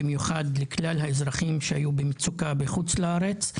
במיוחד לכלל האזרחים שהיו במצוקה בחוץ לארץ.